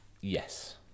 Yes